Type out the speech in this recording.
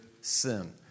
sin